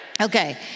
Okay